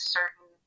certain